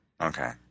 Okay